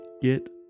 get